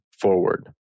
forward